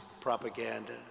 propaganda